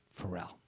Pharrell